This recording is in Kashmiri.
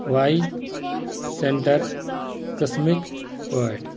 واے سیٚنٹر قٕسمٕکۍ پٲٹھۍ